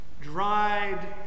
dried